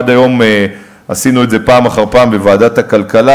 עד היום עשינו את זה פעם אחר פעם בוועדת הכלכלה,